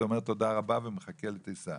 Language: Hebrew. אתה אומר תודה רבה ומחכה לטיסה,